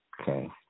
okay